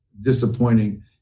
disappointing